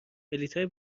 بلیطهای